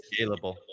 scalable